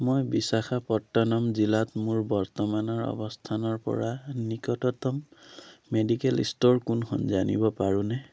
মই বিশাখাপট্টনম জিলাত মোৰ বৰ্তমানৰ অৱস্থানৰ পৰা নিকটতম মেডিকেল ষ্ট'ৰ কোনখন জানিব পাৰোঁনে